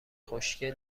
خوشگل